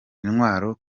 intwaro